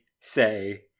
say